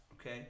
okay